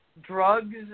drugs